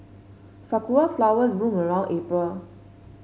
sakura flowers bloom around April